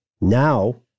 Now